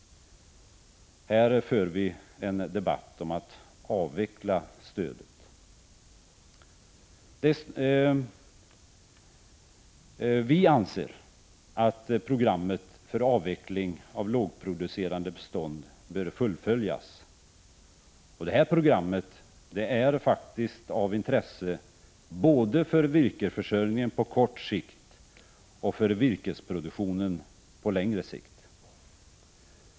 Här för vi en debatt om att avveckla stödet. Vi anser att programmet för avveckling av lågproducerande bestånd bör fullföljas. Det här programmet är faktiskt av intresse både för virkesförsörjningen på kort sikt och för virkesproduktionen på längre sikt.